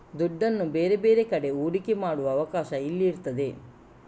ದುಡ್ಡನ್ನ ಬೇರೆ ಬೇರೆ ಕಡೆ ಹೂಡಿಕೆ ಮಾಡುವ ಅವಕಾಶ ಇಲ್ಲಿ ಇರ್ತದೆ